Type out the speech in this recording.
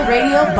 Radio